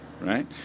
Right